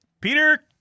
Peter